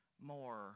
more